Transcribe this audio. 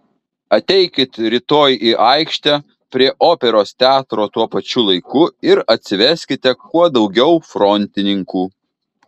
ateikit rytoj į aikštę prie operos teatro tuo pačiu laiku ir atsiveskite kuo daugiau frontininkų